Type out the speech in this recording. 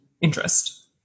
interest